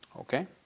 Okay